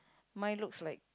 my looks like